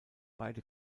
beide